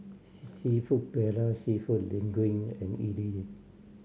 Seafood Paella Seafood Linguine and Idili